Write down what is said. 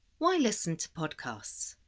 why listen to podcasts?